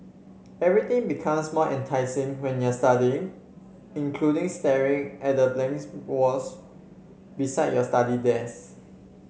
everything becomes more enticing when you're studying including staring at the blank walls beside your study desk